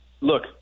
look